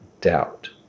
doubt